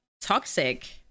toxic